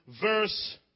verse